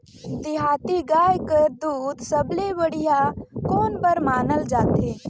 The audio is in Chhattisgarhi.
देहाती गाय कर दूध सबले बढ़िया कौन बर मानल जाथे?